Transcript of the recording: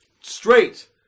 straight